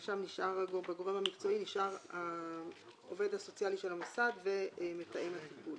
בגורם המקצועי נשאר העובד הסוציאלי של המוסד ומתאם הטיפול.